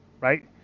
right